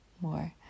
more